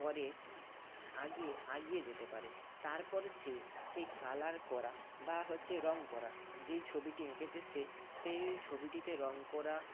পরে আগে এগিয়ে যেতে পারে তারপরে সে সেই কালার করা বা হচ্ছে রং করা যেই ছবিটি এঁকেছে সে সেই ছবিটিতে রং করা